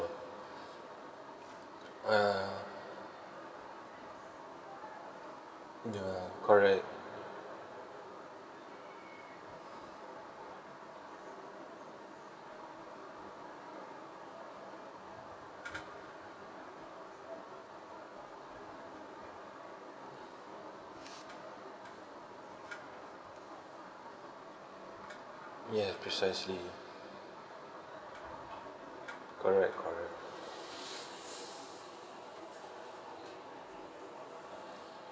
uh ya correct ya precisely correct correct